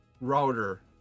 router